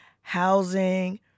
housing